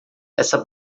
essa